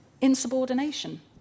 insubordination